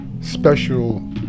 special